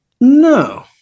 No